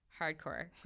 hardcore